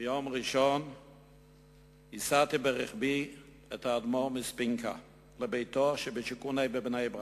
ביום ראשון הסעתי ברכבי את האדמו"ר מספינקא לביתו שבשיכון ה' בבני-ברק.